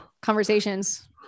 Conversations